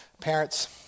Parents